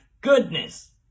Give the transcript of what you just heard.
goodness